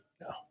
No